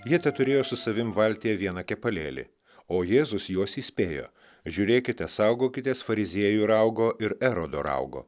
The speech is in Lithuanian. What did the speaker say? jie teturėjo su savim valtyje vieną kepalėlį o jėzus juos įspėjo žiūrėkite saugokitės fariziejų raugo ir erodo raugo